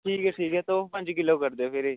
फिर पंज किलो करी देओ